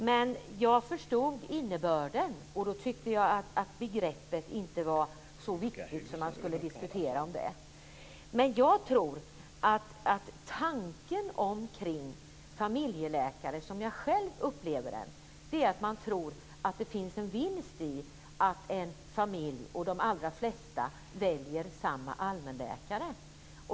Men jag förstod innebörden och tyckte att begreppet inte var så viktigt att man skulle diskutera det. Tanken med familjeläkare är att man tror att det finns en vinst i att alla i en familj väljer samma allmänläkare.